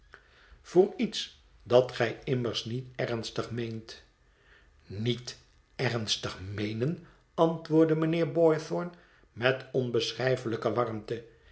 voor iets dat gij immers niet ernstig meent niet ernstig meenen antwoordde mijnheer boythorn met onbeschrijfelijke warmte